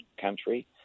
country